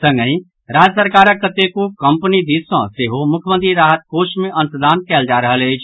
संगहि राज्य सरकारक कतेको कम्पनी दिस सँ सेहो मुख्यमंत्री राहत कोष मे अंशदान कयल जा रहल अछि